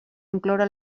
incloure